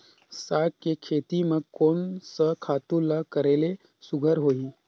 साग के खेती म कोन स खातु ल करेले सुघ्घर होही?